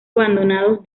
abandonados